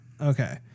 Okay